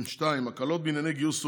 2. הקלות בענייני גיוס עובדים,